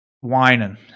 whining